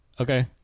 Okay